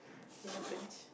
it happens